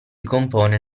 compone